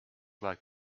like